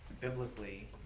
biblically